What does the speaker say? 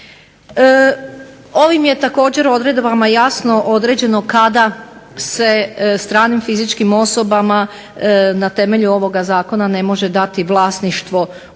Ovim je također odredbama jasno određeno kada se stranim fizičkim osobama na temelju ovoga zakona ne može dati vlasništvo u naravi,